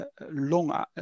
long